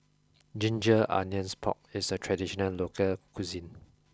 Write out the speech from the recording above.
ginger onions pork is a traditional local cuisine